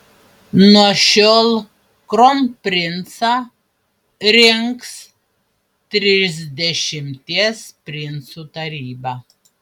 nuo šiol kronprincą rinks trisdešimties princų taryba